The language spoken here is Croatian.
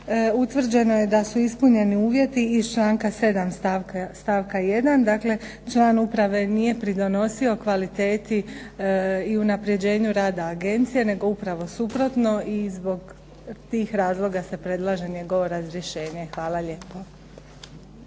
Utvrđeno je da su ispunjeni uvjeti iz članka 7. stavka 1. Dakle, član uprave nije pridonosio kvaliteti i unapređenju rada agencije, nego upravo suprotno. I zbog tih razloga se predlaže njegovo razrješenje. Hvala lijepo.